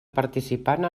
participant